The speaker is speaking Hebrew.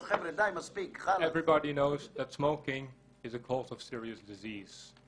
כל אחד יודע שעישון הוא גורם למחלות רציניות.